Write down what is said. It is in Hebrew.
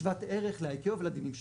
שוות ערך ל-ICAO ולדינים שלנו.